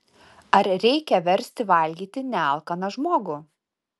ar reikia versti valgyti nealkaną žmogų